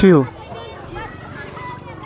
ہیٚچھِو